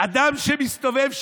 אדם שמסתובב,